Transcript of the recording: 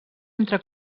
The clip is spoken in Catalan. entre